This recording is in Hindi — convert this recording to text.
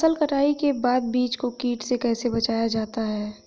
फसल कटाई के बाद बीज को कीट से कैसे बचाया जाता है?